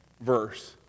verse